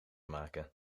maken